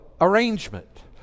arrangement